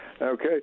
Okay